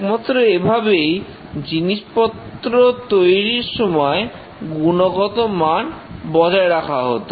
একমাত্র এভাবেই জিনিসপত্র তৈরীর সময় গুণগত মান বজায় রাখা হত